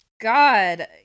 God